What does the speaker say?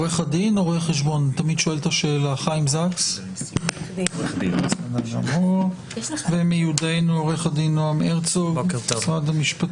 עורך הדין חיים זקס ומיודענו עורך הדין נעם הרצוג ממשרד המשפטים.